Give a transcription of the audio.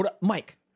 Mike